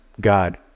God